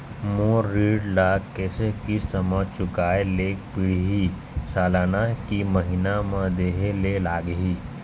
मोर ऋण ला कैसे किस्त म चुकाए ले पढ़िही, सालाना की महीना मा देहे ले लागही?